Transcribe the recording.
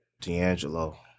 D'Angelo